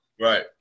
Right